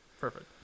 Perfect